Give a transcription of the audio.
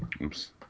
Oops